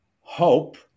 hope